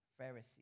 Pharisee